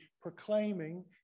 proclaiming